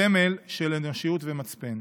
סמל של אנושיות ומצפן.